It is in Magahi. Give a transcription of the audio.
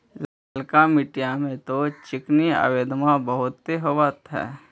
ललका मिट्टी मे तो चिनिआबेदमां बहुते होब होतय?